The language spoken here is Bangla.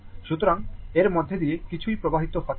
সুতরাং এর মধ্য দিয়ে কিছুই প্রবাহিত হচ্ছে না